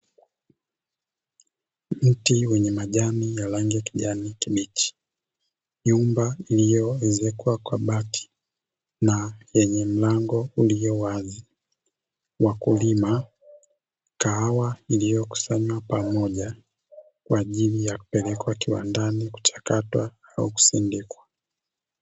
Mti wenye majani ya rangi ya kijani kibichi, nyumba iliyoezekwa kwa bati na yenye mlango ulio wazi, wakulima, kahawa iliyokusanywa pamoja kwa ajili ya kupelekwa kiwandani kuchakatwa au kusindikwa.